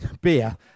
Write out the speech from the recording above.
beer